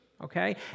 okay